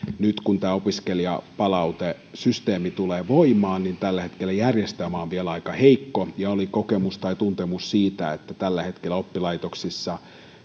nyt kun opiskelijapalautesysteemi tulee voimaan tällä hetkellä järjestelmä on vielä aika heikko ja oli kokemus tai tuntemus siitä että tällä hetkellä oppilaitoksissa